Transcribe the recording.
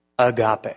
agape